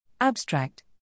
Abstract